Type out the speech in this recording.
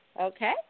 Okay